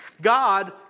God